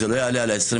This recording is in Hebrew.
שזה לא יעלה על 25%,